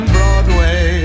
Broadway